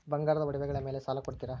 ಬಂಗಾರದ ಒಡವೆಗಳ ಮೇಲೆ ಸಾಲ ಕೊಡುತ್ತೇರಾ?